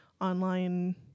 online